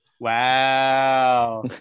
Wow